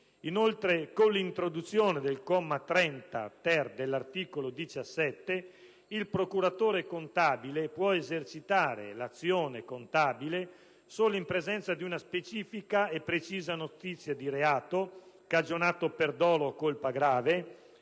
Inoltre, con l'introduzione del comma 30-*ter* dell'articolo 17, il procuratore contabile può esercitare l'azione contabile solo in presenza di una specifica e precisa notizia di reato, cagionato per dolo o colpa grave,